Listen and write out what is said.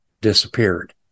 disappeared